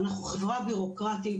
אנחנו חברה בירוקרטית,